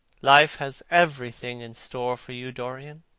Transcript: life has everything in store for you, dorian.